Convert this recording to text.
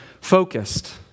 focused